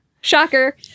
Shocker